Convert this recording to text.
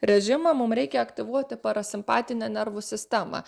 režimą mum reikia aktyvuoti parasimpatinę nervų sistemą